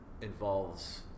involves